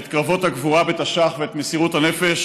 את קרבות הגבורה בתש"ח ואת מסירות הנפש,